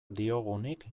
diogunik